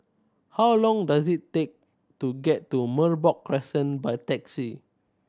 how long does it take to get to Merbok Crescent by taxi